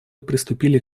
приступили